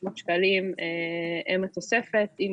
שיסבירו לנו איך מ-1,500 שקל תוספת לשכר